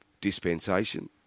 dispensation